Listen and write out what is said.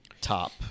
top